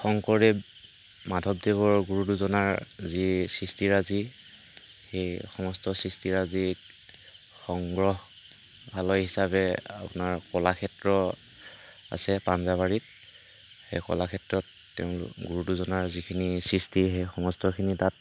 শংকৰদেৱ মাধৱদেৱৰ গুৰু দুজনাৰ যি সৃষ্টিৰাজি সেই সমষ্ট সৃষ্টিৰাজিক সংগ্ৰহালয় হিচাপে আপোনাৰ কলাক্ষেত্ৰ আছে পাঞ্জাবাৰীত সেই কলাক্ষেত্ৰত তেওঁলোক গুৰু দুজনাৰ যিখিনি সৃষ্টি সেই সমষ্টখিনি তাত